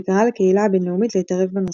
וקראה לקהילה הבינלאומית להתערב בנושא.